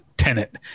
tenant